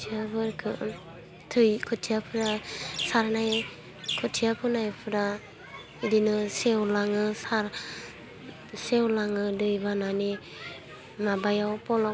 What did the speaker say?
खोथियाफोरखो थै खोथियाफ्रा सानै खोथिया फोनायफ्रा बिदिनो सेवलाङो सार सेवलाङो दै बानानि माबायाव फल'ख